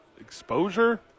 Exposure